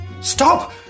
Stop